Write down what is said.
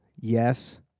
yes